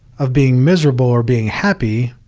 of being miserable or being happy,